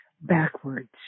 backwards